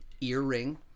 Earring